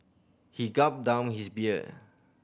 he gulped down his beer